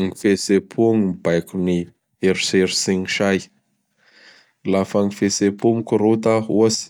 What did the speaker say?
Gny fietsem-po ñy mibaiko gn' eritseritsy sy gny say. Laha fa gny fihetse-po gny mikorota ohatsy;